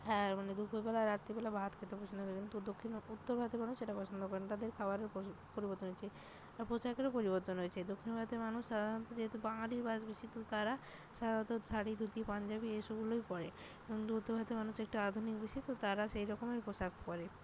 হ্যাঁ মানে দুপুরবেলা রাত্রিবেলা ভাত খেতে পছন্দ করে কিন্তু দক্ষিণ উত্তর ভারতের মানুষ সেটা পছন্দ করে না তাদের খাবারের প্রচুর পরিবর্তন আছে আর পোশাকেরও পরিবর্তন হয়েছে দক্ষিণ ভারতের মানুষ সাধারণত যেহেতু বাঙালির বাস বেশি তো তারা সাধারণত শাড়ি ধুতি পাঞ্জাবি এসবগুলোই পরে কিন্তু উত্তর ভারতের মানুষ একটু আধুনিক বেশি তো তারা সেই রকমই পোশাক পরে